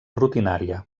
rutinària